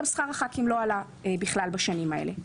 גם שכר הח"כים לא עלה בשנים האלה.